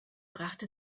brachte